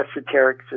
esoteric